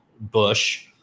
Bush